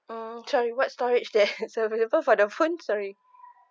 hmm sorry what storage that's available for the phone sorry